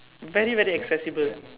very very accessible